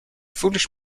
foolish